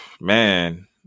Man